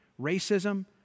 racism